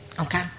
Okay